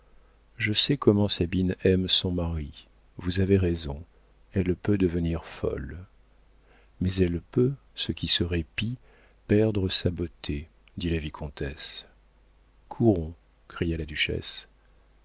je sais comment sabine aime son mari vous avez raison elle peut devenir folle mais elle peut ce qui serait pis perdre sa beauté dit la vicomtesse courons cria la duchesse